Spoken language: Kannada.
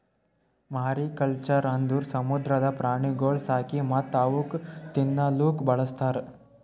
ಮಾರಿಕಲ್ಚರ್ ಅಂದುರ್ ಸಮುದ್ರದ ಪ್ರಾಣಿಗೊಳ್ ಸಾಕಿ ಮತ್ತ್ ಅವುಕ್ ತಿನ್ನಲೂಕ್ ಬಳಸ್ತಾರ್